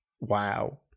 Wow